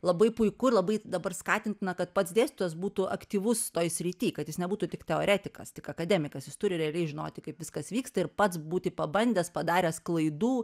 labai puiku ir labai dabar skatintina kad pats dėstytojas būtų aktyvus toj srity kad jis nebūtų tik teoretikas tik akademikas jis turi realiai žinoti kaip viskas vyksta ir pats būti pabandęs padaręs klaidų